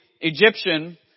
Egyptian